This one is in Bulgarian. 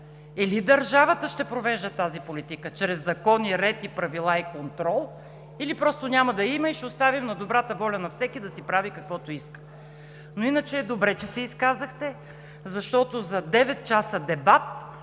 Или държавата ще провежда тази политика чрез закони, ред, правила и контрол, или просто няма да я има и ще оставим на добрата воля на всеки да си прави каквото иска. Но иначе е добре, че се изказахте, защото за девет часа дебат